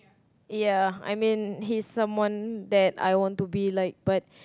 ya I mean he's someone that I want to be like